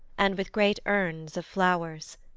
and with great urns of flowers.